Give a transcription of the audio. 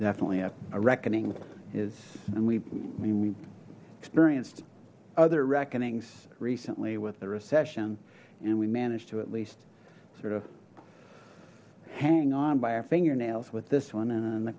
definitely a reckoning is and we mean we've experienced other reckonings recently with the recession and we managed to at least sort of hang on by our fingernails with this one and the